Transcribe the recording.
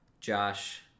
josh